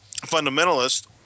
fundamentalist